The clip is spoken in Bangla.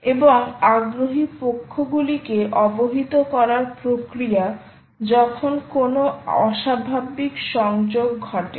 এবংআগ্রহী পক্ষগুলিকে অবহিত করার প্রক্রিয়া যখন কোনও অস্বাভাবিক সংযোগ ঘটে